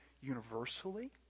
universally